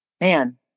man